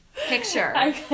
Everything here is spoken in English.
picture